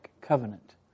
covenant